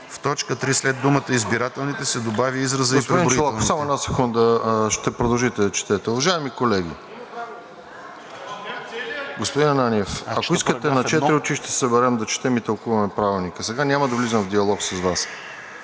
В т. 3 след думата „избирателните“ се добавя изразът „и преброителните“.